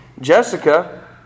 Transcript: Jessica